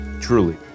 truly